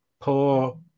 poor